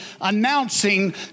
announcing